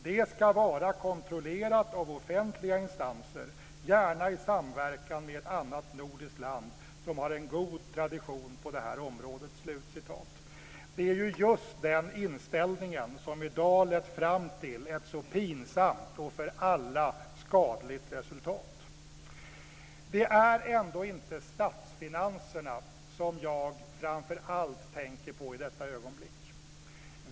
Det skall vara kontrollerat av offentliga instanser, gärna i samverkan med ett annat nordiskt land som har en god tradition på det här området." Det är ju just den inställningen som i dag lett fram till ett så pinsamt och för alla skadligt resultat. Det är ändå inte statsfinanserna som jag framför allt tänker på i detta ögonblick.